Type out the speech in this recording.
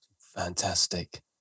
Fantastic